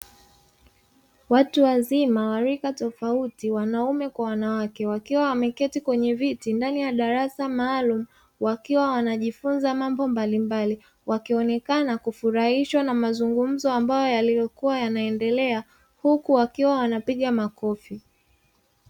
Watu wazima wa rika tofauti wanaume kwa wanawake wakiwa wameketi kwenye viti ndani ya darasa maalumu. Wakiwa wanajifunza mambo mbalimbali, wakionekana kufurahishwa na mazungumzo ambayo yaliyokuwa yanaendelea huku wakiwa wanapiga makofi.